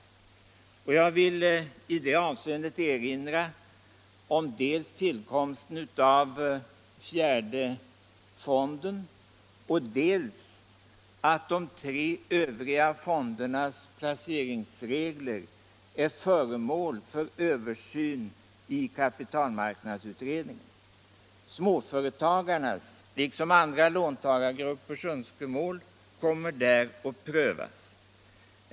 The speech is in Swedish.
Jag vill i detta avseende erinra dels om tillkomsten av fjärde fonden, dels om att de tre övriga fondernas placeringsregler är föremål för översyn i kapitalmarknadsutredningen. Småföretagarnas liksom andra låntagargruppers önskemål kommer där att prövas.